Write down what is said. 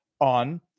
on